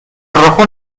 rojo